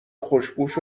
خوشپوش